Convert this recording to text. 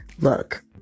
Look